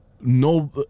no